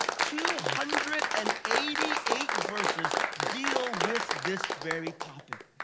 two hundred and eighty eight verses, deal with this very topic.